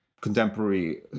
contemporary